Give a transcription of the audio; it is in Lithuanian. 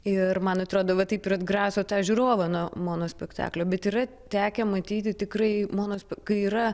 ir man atrodo va taip ir atgraso tą žiūrovą nuo monospektaklio bet yra tekę matyti tikrai mono kai yra